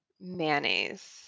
mayonnaise